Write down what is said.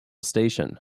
station